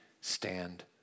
stand